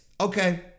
okay